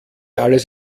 alles